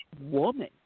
woman